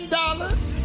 dollars